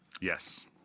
Yes